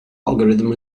algorithm